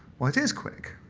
well, it is quick,